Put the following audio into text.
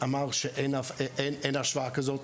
שאין השוואה כזאת.